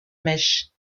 mèche